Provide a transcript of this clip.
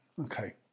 Okay